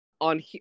on